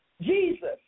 Jesus